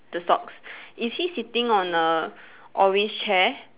the socks is he sitting on a orange chair